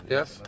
Yes